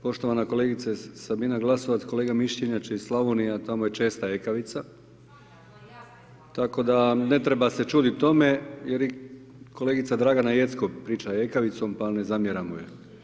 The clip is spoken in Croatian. Poštovana kolegice Sabina Glasovac, kolega Mišić je inače iz Slavonije, a tamo je česta ekavica, tako da ne treba se čuditi tome jer i kolegica Dragana Jeckov priča ekavicom, pa ne zamjeramo joj.